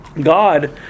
God